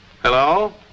Hello